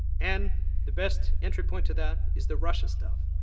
and the best entry point to that is the russia stuff.